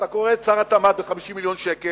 אתה קונה את שר התמ"ת ב-50 מיליון שקל.